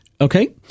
Okay